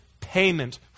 payment